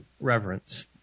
reverence